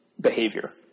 behavior